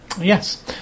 Yes